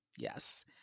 yes